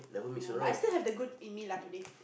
yeah but I still have the good in me lah today